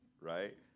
right